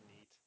neat